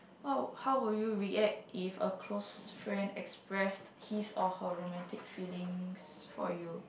oh how would you react if a close friend express his or her romantic feelings for you